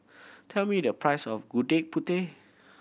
tell me the price of Gudeg Putih